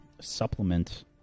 supplement